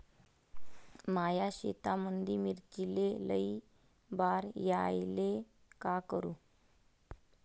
माया शेतामंदी मिर्चीले लई बार यायले का करू?